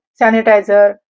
sanitizer